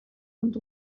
und